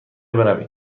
برویم